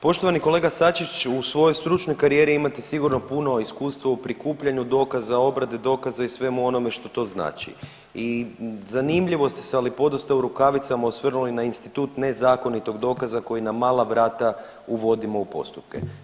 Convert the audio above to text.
Poštovani kolega Sačić, u svojoj stručnoj karijeri imate sigurno puno iskustva u prikupljanju dokaza, obrade dokaza i svemu onome što to znači i zanimljivo ste se, ali podosta u rukavicama osvrnuli na institut nezakonitog dokaza koji na mala vrata uvodimo u postupke.